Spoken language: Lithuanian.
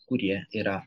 kurie yra